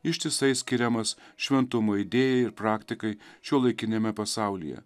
ištisai skiriamas šventumo idėjai ir praktikai šiuolaikiniame pasaulyje